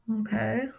Okay